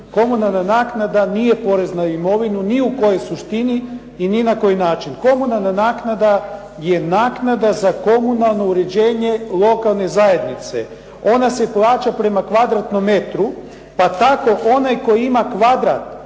Komunalna naknada nije porez na imovinu ni u kojoj suštini i ni na koji način. Komunalna naknada je naknada za komunalno uređenje lokalne zajednice. Ona se plaća prema kvadratnom metru, pa tako onaj koji ima kvadrat